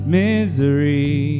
misery